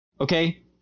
Okay